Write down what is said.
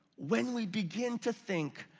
when we begin to think,